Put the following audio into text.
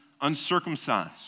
uncircumcised